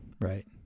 Right